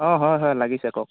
অ হয় হয় লাগিছে কওক